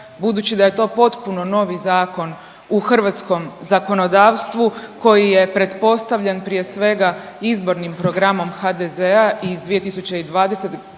budući da je to potpuno novi zakon u hrvatskom zakonodavstvu koji je pretpostavljen prije svega izbornim programom HDZ-a iz 2020.